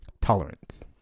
tolerance